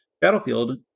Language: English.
battlefield